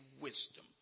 wisdom